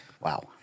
Wow